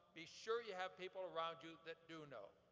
be sure you have people around you that do know.